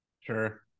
Sure